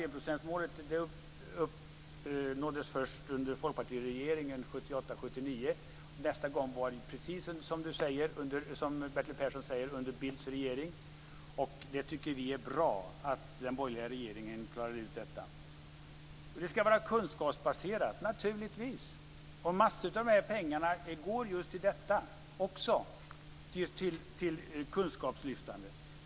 Enprocentsmålet uppnåddes först under folkpartiregeringen 1978-1979, och nästa gång var det, precis som Bertil Persson säger, under Bildts regering. Vi tycker att det var bra att den borgerliga regeringen klarade detta. Det ska vara kunskapsbaserat - naturligtvis. Massor av dessa pengar går också just till kunskapslyftande åtgärder.